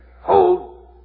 hold